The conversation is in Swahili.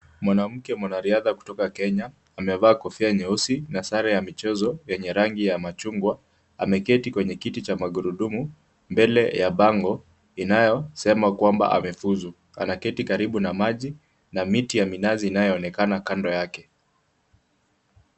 Mwanamke mwanariadha kutoka Kenya amevaa kofia nyeusi na sare ya michezo yenye rangi ya machungwa, ameketi kwenye kiti cha magurudumu mbele ya pango inayosema kwamba amefuzu, anaketi karibu na maji na miti ya minazi inayoonekana kando yake